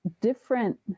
different